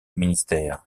ministère